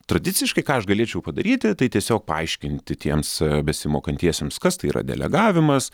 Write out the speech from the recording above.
tradiciškai ką aš galėčiau padaryti tai tiesiog paaiškinti tiems besimokantiesiems kas tai yra delegavimas